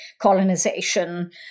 colonization